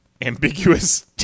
Ambiguous